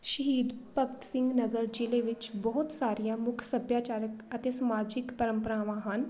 ਸ਼ਹੀਦ ਭਗਤ ਸਿੰਘ ਨਗਰ ਜ਼ਿਲ੍ਹੇ ਵਿੱਚ ਬਹੁਤ ਸਾਰੀਆਂ ਮੁੱਖ ਸੱਭਿਆਚਾਰਕ ਅਤੇ ਸਮਾਜਿਕ ਪਰੰਪਰਾਵਾਂ ਹਨ